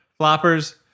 Floppers